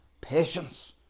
patience